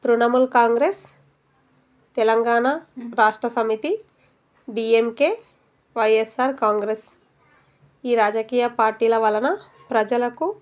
Trinamool Congress Telangana Rashtra Samithi DMK YSR Congress ఈ రాజకీయ పార్టీల వలన ప్రజలకు